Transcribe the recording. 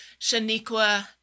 Shaniqua